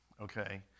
okay